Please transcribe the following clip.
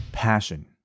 passion